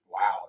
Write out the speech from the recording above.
Wow